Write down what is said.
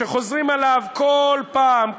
שחוזרים אליו כל פעם,